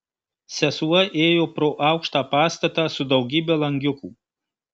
sesuo ėjo pro aukštą pastatą su daugybe langiukų